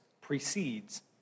precedes